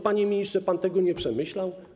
Panie ministrze, pan tego nie przemyślał?